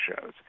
shows